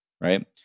right